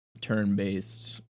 turn-based